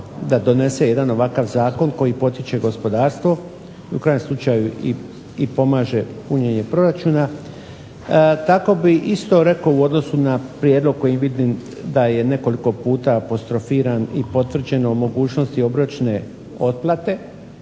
da donese jedan ovakav zakon koji potiče gospodarstvo u krajnjem slučaju i pomaže punjenje proračuna tako bih isto rekao u odnosu na prijedlog koji vidim da je nekoliko puta apostrofiran i potvrđen o mogućnosti obročne otplate.